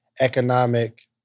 economic